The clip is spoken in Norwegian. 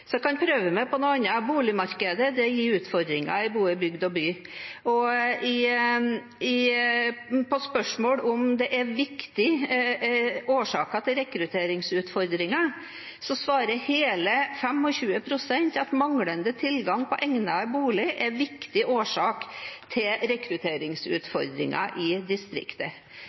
Så jeg kan prøve meg på noe annet. Boligmarkedet gir utfordringer i både bygd og by. På spørsmål om det er viktige årsaker til rekrutteringsutfordringer, svarer hele 25 pst. at manglende tilgang på egnet bolig er en viktig årsak til rekrutteringsutfordringen i distriktet.